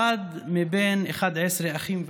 אחד מ-11 אחים ואחיות.